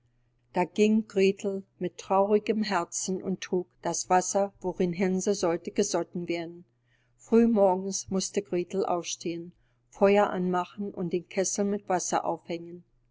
da ging gretel mit traurigem herzen und trug das wasser worin hänsel sollte gesotten werden früh morgens mußte gretel aufstehen feuer anmachen und den kessel mit wasser aufhängen